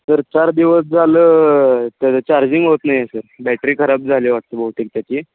तर चार दिवस झालं त्याचं चार्जिंग होत नाही आहे सर बॅटरी खराब झाली वाटतं बहुतेक त्याची